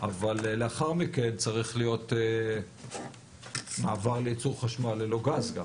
אבל לאחר מכן צריך להיות מעבר לייצור חשמל ללא גז גם.